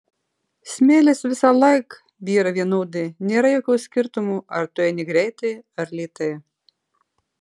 smėlis visąlaik byra vienodai nėra jokio skirtumo ar tu eini greitai ar lėtai